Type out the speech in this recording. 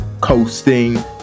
Coasting